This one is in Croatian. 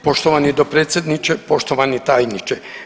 Poštovani dopredsjedniče, poštovani tajniče.